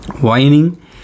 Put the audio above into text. Whining